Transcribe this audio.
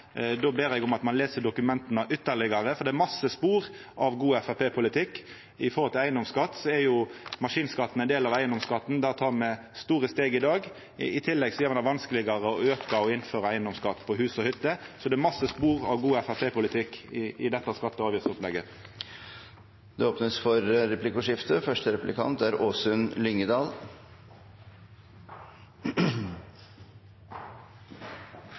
Då ber eg om at ein les dokumenta ytterlegare, for det er masse spor av god Framstegsparti-politikk. Når det gjeld eigedomsskatt, er jo maskinskatten ein del av eigedomsskatten. Der tek me store steg i dag. I tillegg gjer me det vanskelegare å auka og innføra eigedomsskatt på hus og hytter. Det er masse spor av god Framstegsparti-politikk i dette skatte- og avgiftsopplegget. Det blir replikkordskifte.